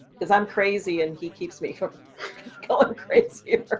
because i'm crazy and he keeps me from going crazier.